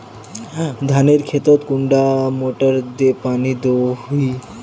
धानेर खेतोत कुंडा मोटर दे पानी दोही?